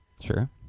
Sure